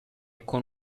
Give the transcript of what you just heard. con